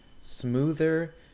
smoother